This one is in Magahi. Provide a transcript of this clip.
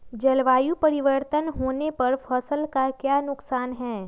जलवायु परिवर्तन होने पर फसल का क्या नुकसान है?